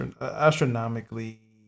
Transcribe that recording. astronomically